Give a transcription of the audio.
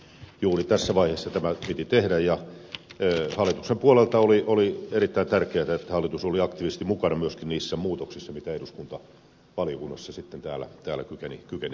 juuri tässä vaiheessa tämä piti tehdä ja hallituksen puolelta oli erittäin tärkeää että hallitus oli aktiivisesti mukana myöskin niissä muutoksissa joita eduskunta valiokunnissa sitten täällä kykeni tekemään